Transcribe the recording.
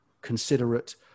considerate